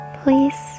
please